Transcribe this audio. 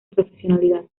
profesionalidad